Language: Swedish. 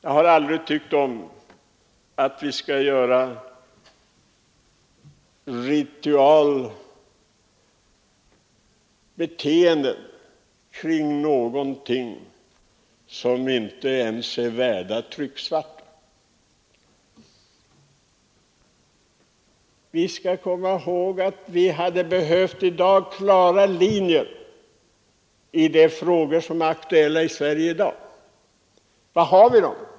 Jag har aldrig tyckt om rituella beteenden kring någonting som inte ens är värt trycksvärtan. Vi skall komma ihåg att vi i dag hade behövt klara linjer i de frågor som är aktuella i Sverige. Vad har vi då?